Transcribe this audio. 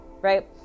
right